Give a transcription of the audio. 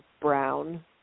brown